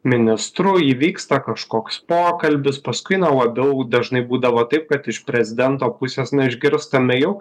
ministru įvyksta kažkoks pokalbis paskui na labiau dažnai būdavo taip kad iš prezidento pusės na išgirstame jau